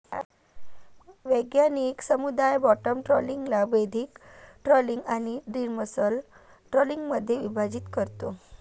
वैज्ञानिक समुदाय बॉटम ट्रॉलिंगला बेंथिक ट्रॉलिंग आणि डिमर्सल ट्रॉलिंगमध्ये विभाजित करतो